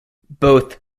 both